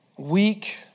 weak